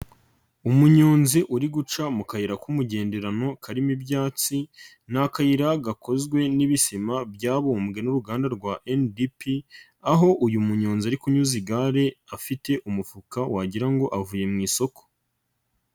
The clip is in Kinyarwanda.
Umunyonzi uri guca mu kayira k'umugenderano karimo ibyayansi, ni akayira gakozwe n'ibisima byabumbwe n'uruganda rwa NDP, aho uyu munyonzi ari kunyuza igare, afite umufuka wagira ngo avuye mu isoko.